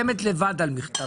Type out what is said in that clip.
את לא חותמת לבד על מכתב.